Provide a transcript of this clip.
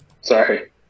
sorry